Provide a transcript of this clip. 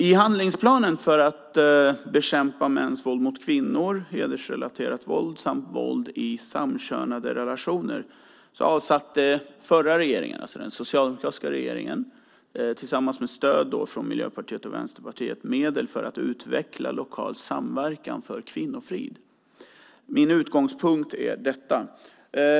I handlingsplanen för att bekämpa mäns våld mot kvinnor, hedersrelaterat våld samt våld i samkönade relationer avsatte den förra, socialdemokratiska regeringen med stöd från Miljöpartiet och Vänsterpartiet medel för att utveckla lokal samverkan för kvinnofrid. Min utgångspunkt är detta.